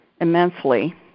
immensely